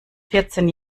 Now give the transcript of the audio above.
vierzehn